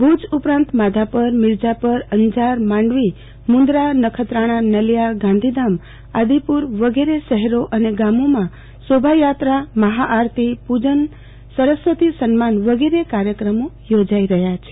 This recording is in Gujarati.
ભુજ ઉપરાંત માધાપર મિરઝાપરઅંજારમાંડવી મુંદરાનખત્રાણાનલિયાગાંધીધામ આદિપુ ર વિગેરે શહેરો અને ગામોમાં શોભાયાત્રા મહાઆરતીપુ જનસરસ્વતી સન્માન વિગેરે કાર્યક્રમો યોજાઈ રહ્યા છે